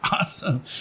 awesome